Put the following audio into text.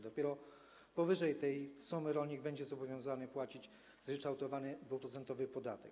Dopiero powyżej tej sumy rolnik będzie zobowiązany płacić zryczałtowany, 2-procentowy podatek.